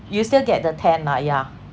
you still get the ten lah yeah